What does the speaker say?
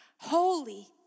Holy